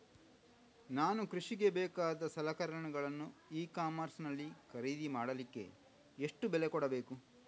ನಾನು ಕೃಷಿಗೆ ಬೇಕಾದ ಸಲಕರಣೆಗಳನ್ನು ಇ ಕಾಮರ್ಸ್ ನಲ್ಲಿ ಖರೀದಿ ಮಾಡಲಿಕ್ಕೆ ಎಷ್ಟು ಬೆಲೆ ಕೊಡಬೇಕು?